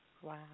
Wow